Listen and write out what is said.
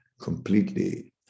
completely